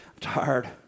tired